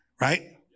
right